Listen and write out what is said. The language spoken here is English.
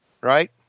right